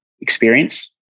experience